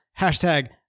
Hashtag